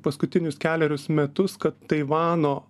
paskutinius kelerius metus kad taivano